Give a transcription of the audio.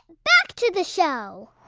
back to the show